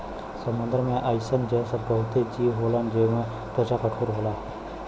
समुंदर में अइसन बहुते जीव होलन जेकर त्वचा कठोर होला